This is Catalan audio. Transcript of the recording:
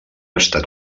estat